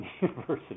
university